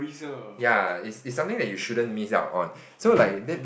ya is is something you shouldn't miss out on so like then